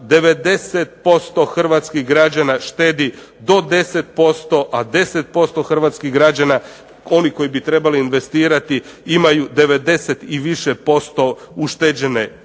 90% hrvatskih građana štedi do 10%, a 10% hrvatskih građana, oni koji bi trebali investirati imaju 90 i više posto ušteđene